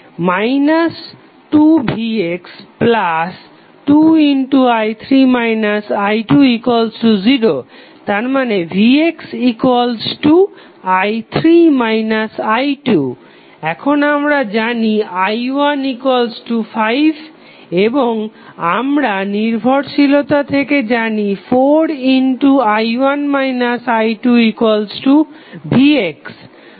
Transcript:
2vx2i3 i20⇒vxi3 i2 এখন আমরা জানি i15 এবং আমরা নির্ভরশীলতা থেকে জানি 4i1 i2vx